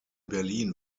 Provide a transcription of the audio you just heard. berlin